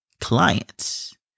clients